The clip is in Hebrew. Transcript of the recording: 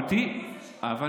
הוא זה שמחליט.